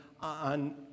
on